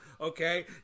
Okay